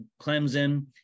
Clemson